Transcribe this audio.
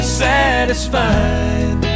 satisfied